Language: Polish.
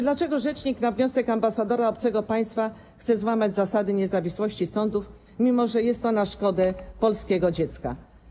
Dlaczego rzecznik na wniosek ambasadora obcego państwa chce złamać zasadę niezawisłości sądów, mimo że jest to na szkodę polskiego dziecka?